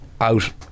out